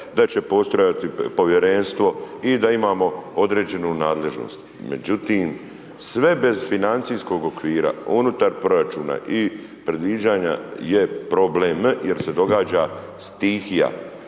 da će postojati povjerenstvo i da imamo određenu nadležnost. Međutim, sve bez financijskog okvira unutar proračuna i predviđanja je problem jer se događa stihija